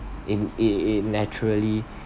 and it it naturally